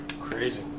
Crazy